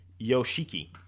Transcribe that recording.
Yoshiki